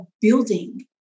building